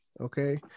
Okay